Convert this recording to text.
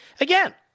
Again